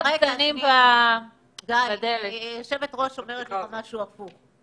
גיא, היושבת-ראש אומרת לך משהו הפוך.